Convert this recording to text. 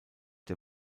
der